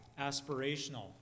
aspirational